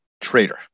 trader